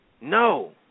No